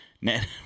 net